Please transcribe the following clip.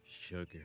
sugar